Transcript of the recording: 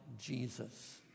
Jesus